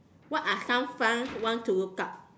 what are some fun ones to look up